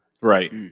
Right